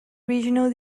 regional